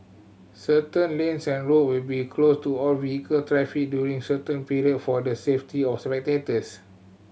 certain lanes and road will be closed to all vehicle traffic during certain period for the safety of spectators